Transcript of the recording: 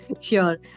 Sure